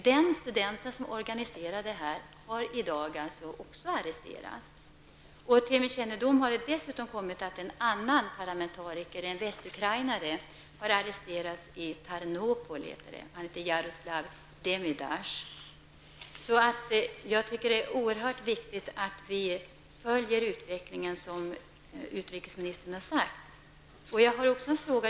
Den student som har varit arrangör har också arresterats. Det har dessutom kommit till min kännedom att en annan parlamentariker, en västukrainare, som heter Det är oerhört viktigt att vi följer utvecklingen, som utrikesministern har sagt.